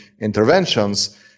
interventions